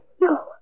No